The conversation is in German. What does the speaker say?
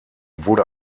wurde